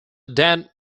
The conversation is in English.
dan